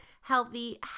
healthy